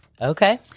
Okay